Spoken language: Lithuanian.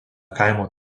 kaimo